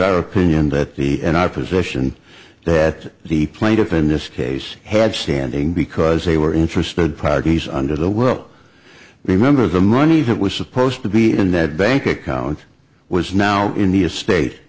our opinion that the in our position that the plaintiff in this case had standing because they were interested parties under the world remember the money that was supposed to be in that bank account was now in the estate